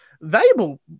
Valuable